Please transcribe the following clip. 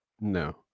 No